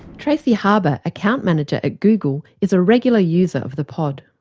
tracey harber, account manager at google, is a regular user of the pod.